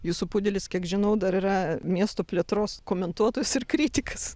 jūsų pudelis kiek žinau dar yra miesto plėtros komentuotojas ir kritikas